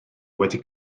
wedi